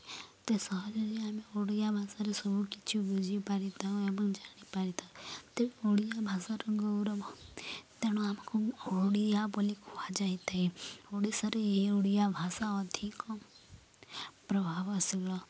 ଏତେ ସହଜରେ ଆମେ ଓଡ଼ିଆ ଭାଷାରେ ସବୁକିଛି ବୁଝିପାରିଥାଉ ଏବଂ ଜାଣିପାରିଥାଉ ତେବେ ଓଡ଼ିଆ ଭାଷାର ଗୌରବ ତେଣୁ ଆମକୁ ଓଡ଼ିଆ ବୋଲି କୁହାଯାଇଥାଏ ଓଡ଼ିଶାରେ ଏହି ଓଡ଼ିଆ ଭାଷା ଅଧିକ ପ୍ରଭାବଶୀଳ